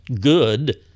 Good